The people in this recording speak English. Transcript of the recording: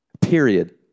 Period